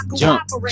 jump